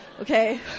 okay